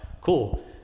cool